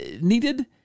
needed